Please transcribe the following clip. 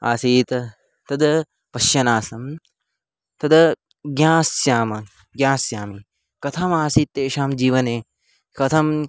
आसीत् तद् पश्यन् आसम् तद् ज्ञास्यामि ज्ञास्यामि कथमासीत् तेषां जीवने कथम्